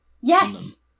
Yes